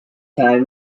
time